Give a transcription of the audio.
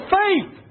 faith